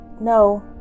no